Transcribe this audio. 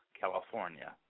California